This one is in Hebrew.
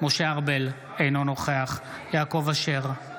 משה ארבל, אינו נוכח יעקב אשר,